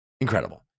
incredible